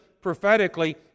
prophetically